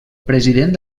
president